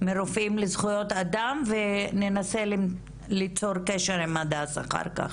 מרופאים לזכויות אדם וננסה ליצור קשר עם הדס אחר כך.